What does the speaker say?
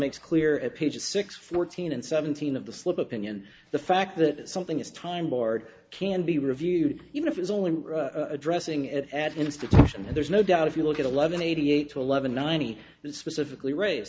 makes clear at pages six fourteen and seventeen of the slope opinion the fact that something is time lord can be reviewed even if it's only addressing it at institution and there's no doubt if you look at eleven eighty eight to eleven nine and specifically ra